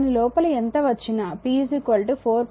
దాని లోపల ఎంత వచ్చినా p 4